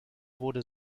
wurde